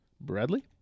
bradley